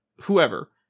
whoever